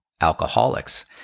alcoholics